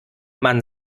man